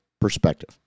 perspective